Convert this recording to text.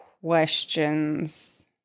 questions